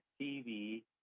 TV